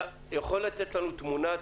אתה יכול לתת לנו תמונת